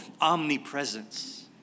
omnipresence